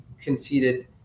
conceded